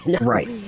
Right